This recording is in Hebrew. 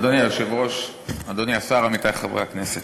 אדוני היושב-ראש, אדוני השר, עמיתי חברי הכנסת,